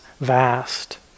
vast